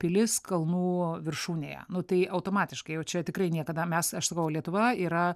pilis kalnų viršūnėje nu tai automatiškai jau čia tikrai niekada mes aš sakau lietuva yra